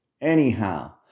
Anyhow